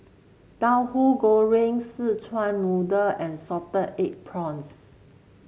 Tauhu Goreng Szechuan Noodle and Salted Egg Prawns